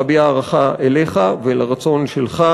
להביע הערכה לך ולרצון שלך,